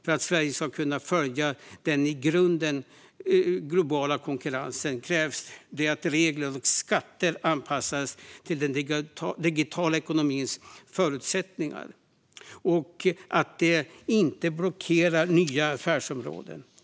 För att Sverige ska kunna följa med i den globala konkurrensen krävs att regler och skatter anpassas till den digitala ekonomins förutsättningar och att de inte blockerar nya affärsområden.